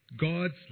God's